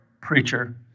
preacher